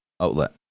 outlet